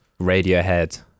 Radiohead